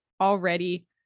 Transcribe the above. already